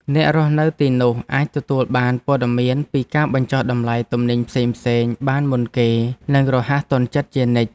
អ្នករស់នៅទីនោះអាចទទួលបានព័ត៌មានពីការបញ្ចុះតម្លៃទំនិញផ្សេងៗបានមុនគេនិងរហ័សទាន់ចិត្តជានិច្ច។